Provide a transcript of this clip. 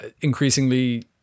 increasingly